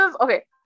okay